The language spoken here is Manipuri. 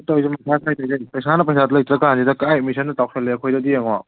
ꯄꯩꯁꯥꯅ ꯄꯩꯁꯥ ꯂꯩꯇ꯭ꯔꯀꯥꯟꯁꯤꯗ ꯀꯔꯥꯏ ꯑꯦꯗꯃꯤꯁꯟꯅ ꯆꯥꯎꯁꯤꯜꯂꯦ ꯑꯩꯈꯣꯏꯗꯗꯤ ꯌꯦꯡꯉꯣ